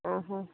ଅ ହ